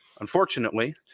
unfortunately